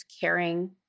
Caring